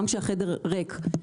גם כשהחדר ריק.